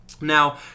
Now